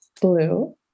blue